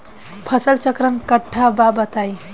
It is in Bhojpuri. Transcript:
फसल चक्रण कट्ठा बा बताई?